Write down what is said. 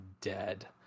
dead